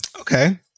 Okay